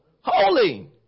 Holy